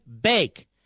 Bake